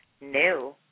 new